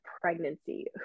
pregnancy